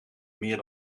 meer